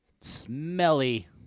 Smelly